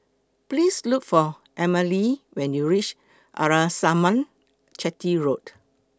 Please Look For Emmalee when YOU REACH Arnasalam Chetty Road